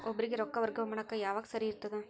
ಒಬ್ಬರಿಗ ರೊಕ್ಕ ವರ್ಗಾ ಮಾಡಾಕ್ ಯಾವಾಗ ಸರಿ ಇರ್ತದ್?